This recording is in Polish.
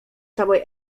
całej